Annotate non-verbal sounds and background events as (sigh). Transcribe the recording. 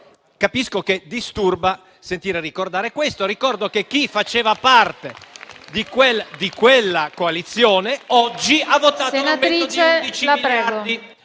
Capisco che disturba sentire ricordare questo. (applause) Ricordo che chi faceva parte di quella coalizione oggi ha votato un aumento di 11 miliardi.